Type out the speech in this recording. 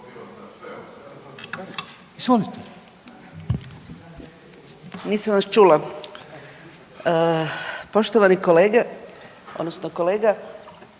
Nisam vas čula. Poštovani kolege, odnosno kolega.